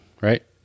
right